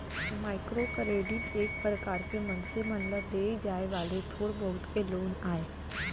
micro credit एक परकार के मनसे मन ल देय जाय वाले थोर बहुत के लोन आय